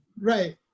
right